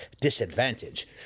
disadvantage